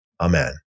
Amen